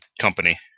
company